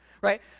Right